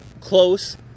close